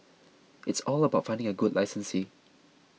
it's all about finding a good licensee